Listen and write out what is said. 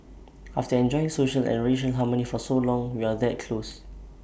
after enjoying social and racial harmony for so long we are that close